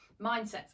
mindsets